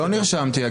לא נרשמתי.